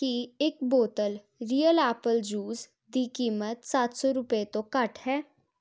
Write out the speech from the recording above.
ਕੀ ਇੱਕ ਬੋਤਲ real apple juice ਦੀ ਕੀਮਤ ਸੱਤ ਸੌ ਰੁਪਏ ਤੋਂ ਘੱਟ ਹੈ